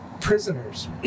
prisoners